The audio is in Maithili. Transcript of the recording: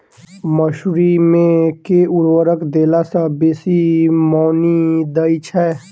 मसूरी मे केँ उर्वरक देला सऽ बेसी मॉनी दइ छै?